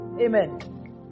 Amen